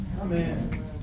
Amen